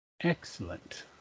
Excellent